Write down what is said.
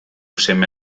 seme